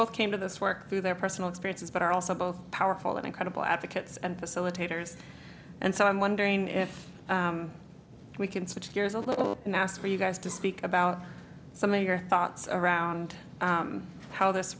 both came to this work through their personal experiences but are also both powerful and credible advocates and facilitators and so i'm wondering if we can switch gears a little mass for you guys to speak about some of your thoughts around how this